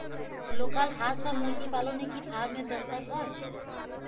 Local হাস বা মুরগি পালনে কি ফার্ম এর দরকার হয়?